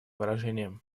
выражением